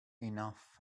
enough